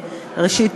ראשית,